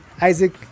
Isaac